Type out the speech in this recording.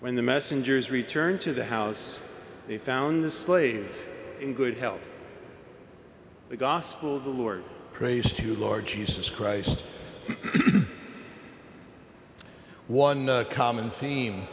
when the messengers returned to the house they found the slaves in good health the gospel of the lord praise to lord jesus christ one common theme